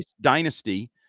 dynasty